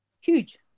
Huge